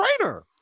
trainer